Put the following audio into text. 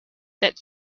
that